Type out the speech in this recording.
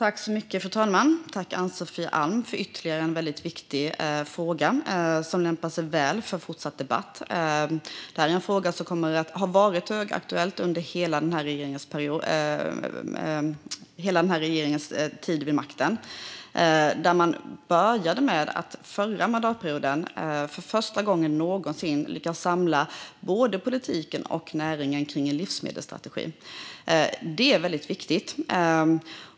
Fru talman! Tack, Ann-Sofie Alm, för ytterligare en väldigt viktig fråga! Den lämpar sig väl för fortsatt debatt. Denna fråga har varit högaktuell under regeringens hela tid vid makten. Under förra mandatperioden lyckades man för första gången någonsin samla både politiken och näringen kring en livsmedelsstrategi. Detta är väldigt viktigt.